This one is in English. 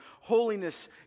holiness